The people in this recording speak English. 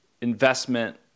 investment